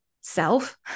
self